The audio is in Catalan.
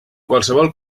qualsevol